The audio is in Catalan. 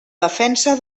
defensa